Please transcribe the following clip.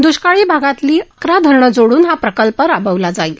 दुष्काळी भागातली अकरा धरणं जोडून हा प्रकल्प राबवला जाईल